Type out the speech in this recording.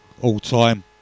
all-time